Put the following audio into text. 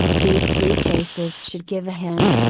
these three cases should give a hint,